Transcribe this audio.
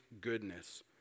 goodness